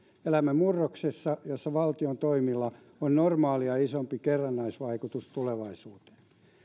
elämme murroksessa jossa valtion toimilla on normaalia isompi kerrannaisvaikutus tulevaisuuteen